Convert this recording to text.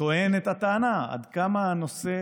טוען עד כמה הנושא